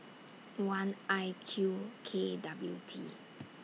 one I Q K W T